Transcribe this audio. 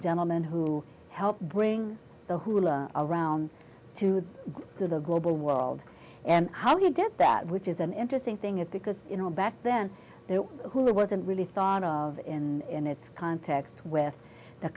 gentleman who helped bring the hula around to the global world and how he did that which is an interesting thing is because you know back then there who wasn't really thought of in its context with the